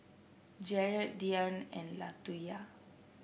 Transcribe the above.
Jarett Diann and Latoyia